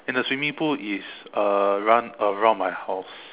and the swimming pool is uh run around my house